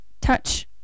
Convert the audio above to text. touch